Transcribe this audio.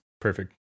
perfect